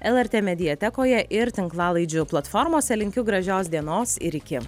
lrt mediatekoje ir tinklalaidžių platformose linkiu gražios dienos ir iki